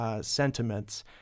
sentiments